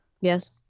yes